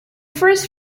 first